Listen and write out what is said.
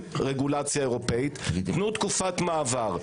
רגולציה אירופאית - תנו תקופת מעבר.